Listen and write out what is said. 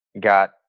got